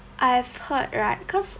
I've heard right cause